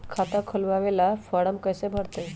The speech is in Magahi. खाता खोलबाबे ला फरम कैसे भरतई?